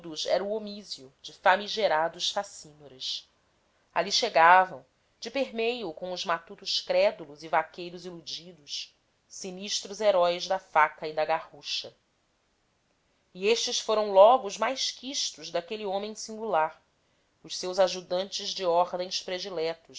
canudos era o homizio de famigerados facínoras ali chegavam de permeio com os matutos crédulos e vaqueiros iludidos sinistros heróis da faca e da garrucha e estes foram logo os mais quistos daquele homem singular os seus ajudantes de ordens prediletos